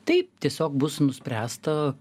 taip tiesiog bus nuspręsta